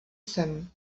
sem